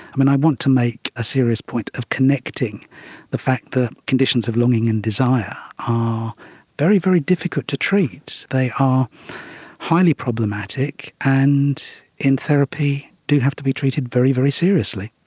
and i want to make a serious point of connecting the fact that conditions of longing and desire are very, very difficult to treat. they are highly problematic and in therapy do have to be treated very, very seriously.